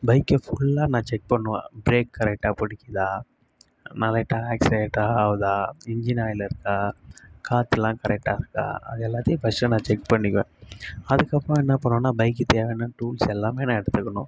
பைக்கை ஃபுல்லாக நான் செக் பண்ணுவேன் பிரேக் கரெக்டாக பிடிக்கிதா ஆக்ஸிலேட்டர் ஆகுதா இன்ஜின் ஆயில் இருக்கா காற்றுலாம் கரெக்டா இருக்கா அது எல்லாத்தையும் ஃபர்ஸ்ட்டு நான் செக் பண்ணிக்குவேன் அதுக்கப்புறம் என்ன பண்ணணுனால் பைக்கு தேவையான டூல்ஸ் எல்லாமே நான் எடுத்துக்கணும்